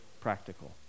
practical